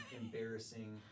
Embarrassing